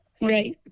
Right